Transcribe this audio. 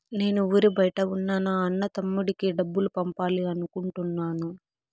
నేను ఊరి బయట ఉన్న నా అన్న, తమ్ముడికి డబ్బులు పంపాలి అనుకుంటున్నాను